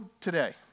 today